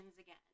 again